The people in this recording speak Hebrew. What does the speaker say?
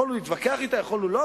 יכולנו להתווכח עליה ויכולנו לא,